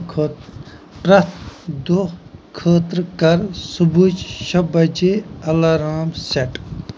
خٲ پرٛٮ۪تھ دۄہ خٲطرٕ کَر صُبحٲچہِ شےٚ بَجے اَلَرام سٮ۪ٹ